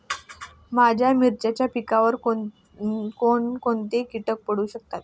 माझ्या मिरचीच्या पिकावर कोण कोणते कीटक पडू शकतात?